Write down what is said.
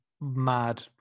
mad